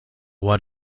what